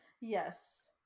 Yes